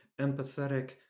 empathetic